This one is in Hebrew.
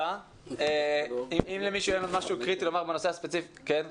אם למישהו אין משהו קריטי לומר בנושא הספציפי כן,